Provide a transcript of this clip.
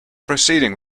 proceeding